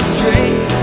drink